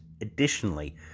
additionally